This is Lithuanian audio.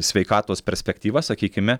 sveikatos perspektyvas sakykime